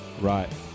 right